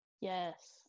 Yes